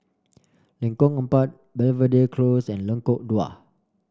Lengkong Empat Belvedere Close and Lengkok Dua